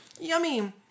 Yummy